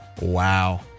Wow